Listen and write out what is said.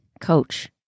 coach